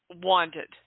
wanted